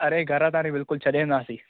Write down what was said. अरे घर ताईं बिल्कुलु छॾे ईंदासीं